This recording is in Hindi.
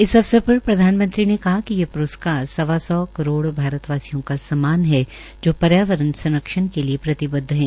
इस अवसर पर प्रधानमंत्री ने कहा कि य् प्रस्कार सवा सौ करोड़ भारतवासियों का सम्मान है जो पर्यावरण संरक्षण के लिए प्रतिबद्ध है